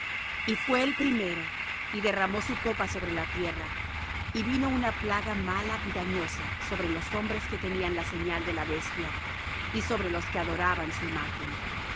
y fué el primero y derramó su copa sobre la tierra y vino una plaga mala y dañosa sobre los hombres que tenían la señal de la bestia y sobre los que adoraban su imagen